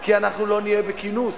כי אנחנו לא נהיה בכינוס.